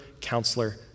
counselor